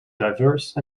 diverse